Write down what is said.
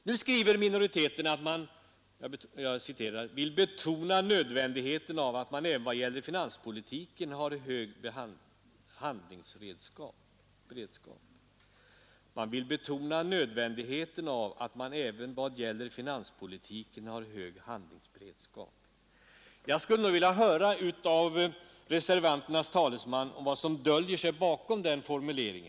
Nu vill minoriteten ”betona nödvändigheten av att man även vad det gäller finanspolitiken har hög handlingsberedskap”. Jag skulle vilja höra av reservanternas talesman vad som döljer sig bakom formuleringen.